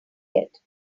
yet